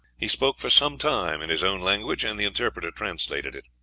he spoke for some time in his own language, and the interpreter translated it.